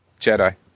jedi